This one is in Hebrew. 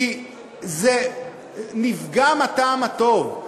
כי נפגם הטעם הטוב.